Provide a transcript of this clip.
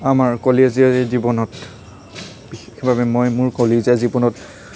আমাৰ কলেজীয়া এই জীৱনত বিশেষভাৱে মই মোৰ কলেজীয়া জীৱনত